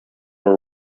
were